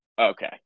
okay